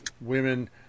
women